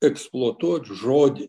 eksploatuot žodį